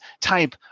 type